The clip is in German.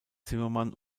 zimmermann